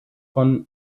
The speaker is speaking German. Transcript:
von